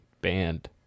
Banned